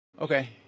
Okay